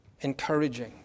encouraging